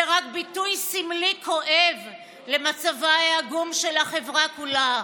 זה רק ביטוי סמלי כואב למצבה העגום של החברה כולה.